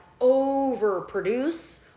overproduce